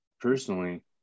personally